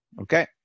Okay